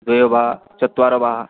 द्वयो वा चत्वारः वा